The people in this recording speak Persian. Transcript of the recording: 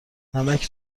نمک